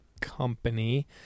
Company